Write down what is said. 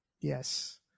Yes